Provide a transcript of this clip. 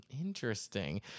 Interesting